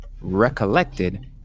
recollected